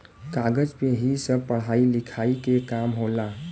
कागज पे ही सब पढ़ाई लिखाई के काम होला